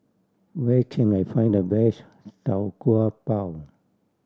where can I find the best Tau Kwa Pau